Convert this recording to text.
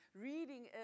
Reading